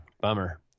Bummer